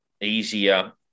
easier